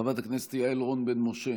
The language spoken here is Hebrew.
חברת הכנסת יעל רון בן משה